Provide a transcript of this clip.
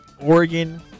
Oregon